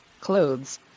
clothes